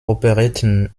operetten